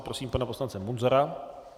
Prosím pana poslance Munzara.